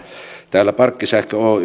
täällä parkkisähkö